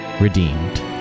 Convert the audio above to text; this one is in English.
redeemed